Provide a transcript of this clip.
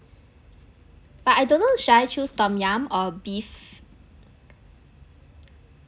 but I don't know should I choose tom yum or beef